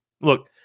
look